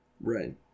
Right